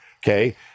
Okay